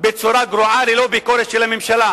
בצורה גרועה ללא ביקורת של הממשלה.